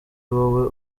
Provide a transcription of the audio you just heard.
wowe